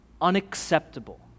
unacceptable